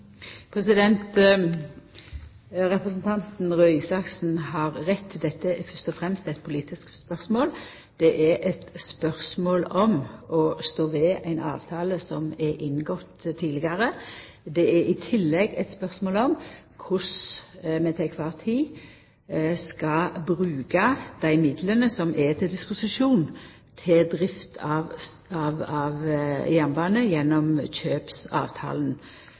Representanten Røe Isaksen har rett – dette er fyrst og fremst eit politisk spørsmål. Det er eit spørsmål om å stå ved ein avtale som er inngått tidlegare. Det er i tillegg eit spørsmål om korleis vi heile tida skal bruka dei midlane som er til disposisjon til drift av jernbane gjennom kjøpsavtalen